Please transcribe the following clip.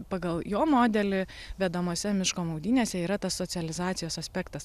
pagal jo modelį vedamose miško maudynėse yra tas socializacijos aspektas